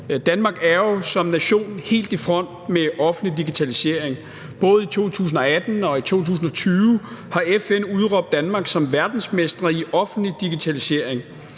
Danmark er jo som nation helt i front med offentlig digitalisering. Både i 2018 og i 2020 har FN udråbt Danmark som verdensmester i offentlig digitalisering,